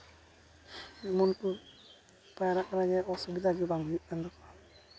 ᱮᱢᱚᱱᱠᱤ ᱯᱟᱭᱨᱟᱜ ᱨᱮᱭᱟᱜ ᱚᱥᱩᱵᱤᱫᱷᱟ ᱜᱮ ᱵᱟᱝ ᱦᱩᱭᱩᱜ ᱠᱟᱱ ᱛᱟᱠᱚᱣᱟ